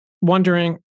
wondering